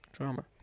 Drama